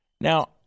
Now